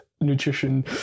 nutrition